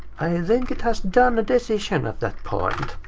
i think it has done a decision at that point